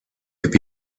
could